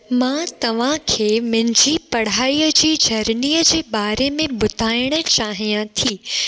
मां तव्हांखे मुंहिंजी पढ़ाईअ जी जरनीअ जे बारे में ॿुधाइण चाहियां थी